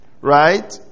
Right